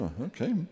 okay